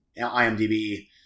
IMDb